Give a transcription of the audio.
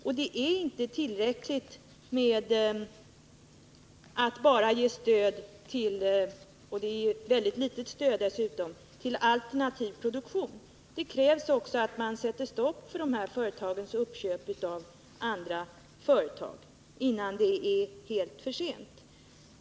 Och det är inte tillräckligt att bara ge stöd — detta är dessutom ett mycket litet stöd — till alternativ produktion. Det krävs också att man sätter stopp för de här företagens uppköp av andra företag, innan det är för sent.